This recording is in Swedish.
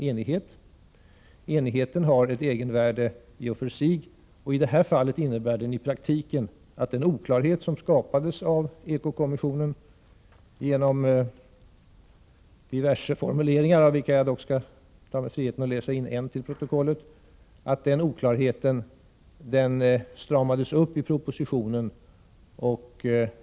Enigheten har ett egenvärde i och för sig, och i det här fallet innebär den i praktiken att den oklarhet som skapades av eko-kommissionen genom diverse formuleringar — av vilka jag skall ta mig friheten att läsa in en till protokollet — har stramats uppi propositionen.